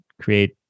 create